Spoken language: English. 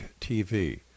TV